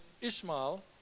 ishmael